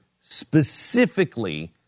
specifically